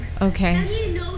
Okay